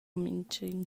mintgin